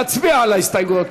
להצביע על ההסתייגויות.